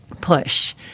push